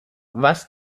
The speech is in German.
was